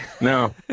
No